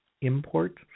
Import